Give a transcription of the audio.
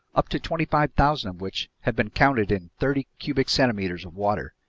up to twenty five thousand of which have been counted in thirty cubic centimeters of water.